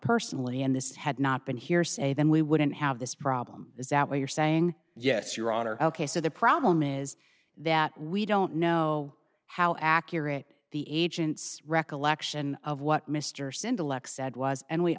personally and this had not been hearsay then we wouldn't have this problem is that what you're saying yes your honor ok so the problem is that we don't know how accurate the agent's recollection of what mr cent aleck said was and we